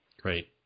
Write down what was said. Great